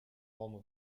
home